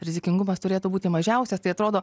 rizikingumas turėtų būti mažiausias tai atrodo